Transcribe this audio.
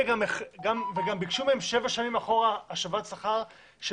וגם ביקשו מהם שבע שנים אחורה השבת שכר של